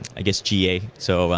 i guess ga, so